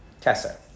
Tessa